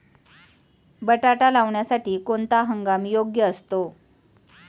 बटाटा लावण्यासाठी कोणता हंगाम योग्य असतो?